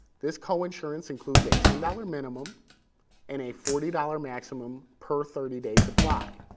this coinsurance includes a ten dollars minimum and a forty dollars maximum per thirty day supply.